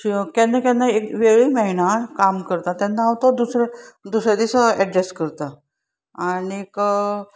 श केन्ना केन्ना एक वेळय मेळना काम करता तेन्ना हांव तो दुसरे दुसऱ्या दिसा एडजस्ट करता आनीक